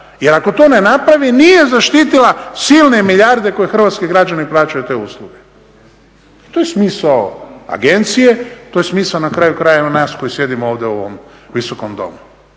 Jer ako to ne napravi nije zaštitila silne milijarde koje hrvatski građani plaćaju te usluge. to je smisao agencije, to je smisao na kraju krajeva nas koji sjedimo ovdje u ovom Visokom domu,